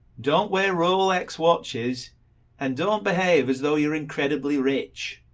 don't wear rolex watches and don't behave as though you're incredibly rich.